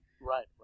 right